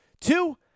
Two